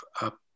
up